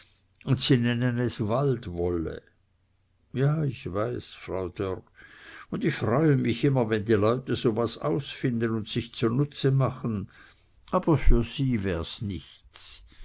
sie nennen es waldwolle ja ich weiß frau dörr und ich freue mich immer wenn die leute so was ausfinden und sich zunutze machen aber für sie wär es nichts